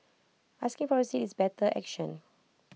asking for A seat is better action